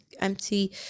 empty